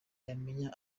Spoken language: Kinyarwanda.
yamenya